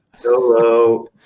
Hello